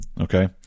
okay